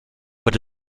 but